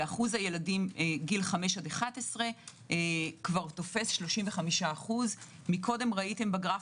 ואחוז הילדים של 5 עד 11 תופס 35%. קודם ראיתם בגרף